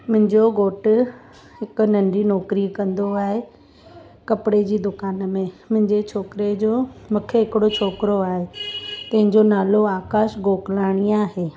मुंहिंजो घोट हिकु नंढी नौकिरी कंदो आहे कपिड़े जी दुकान में मुहिंजे छोकिरे जो मूंखे हिकिड़ो छोकिरो आहे तंहिंजो नालो आकाश गोकलाणी आहे